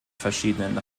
verschiedenen